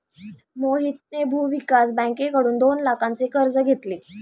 मोहितने भूविकास बँकेकडून दोन लाखांचे कर्ज घेतले